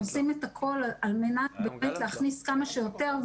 עושים את הכול על מנת באמת להכניס כמה שיותר,